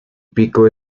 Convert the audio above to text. pico